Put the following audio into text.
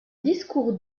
discours